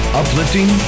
uplifting